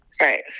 right